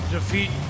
defeat